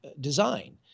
design